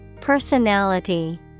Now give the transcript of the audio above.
Personality